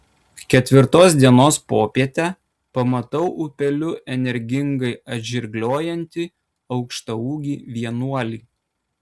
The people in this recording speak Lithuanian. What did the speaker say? ketvirtos dienos popietę pamatau upeliu energingai atžirgliojantį aukštaūgį vienuolį